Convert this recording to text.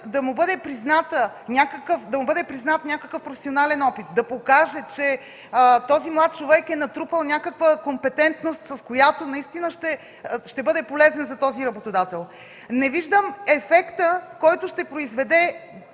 да бъде признат някакъв професионален опит, да покаже, че този млад човек е натрупал някаква компетентност, с която наистина ще бъде полезен за този работодател. Не виждам ефекта, който ще произведе